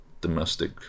domestic